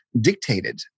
dictated